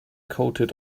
coated